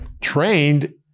trained